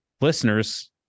listeners